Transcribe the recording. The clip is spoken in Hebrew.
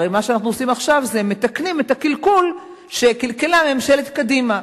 הרי מה שאנחנו עושים עכשיו זה מתקנים את הקלקול שקלקלה ממשלת קדימה.